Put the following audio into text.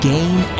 Gain